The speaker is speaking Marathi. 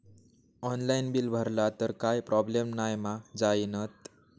ऑनलाइन बिल भरला तर काय प्रोब्लेम नाय मा जाईनत?